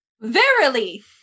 Verily